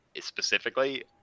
specifically